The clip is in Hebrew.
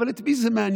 אבל את מי זה מעניין?